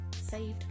saved